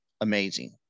amazing